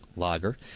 Lager